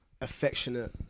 affectionate